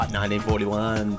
1941